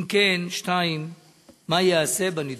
2. אם כן, מה ייעשה בנדון?